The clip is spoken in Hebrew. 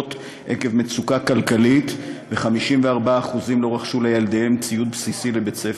תרופות עקב מצוקה כלכלית ו-54% לא רכשו לילדיהם ציוד בסיסי לבית-הספר.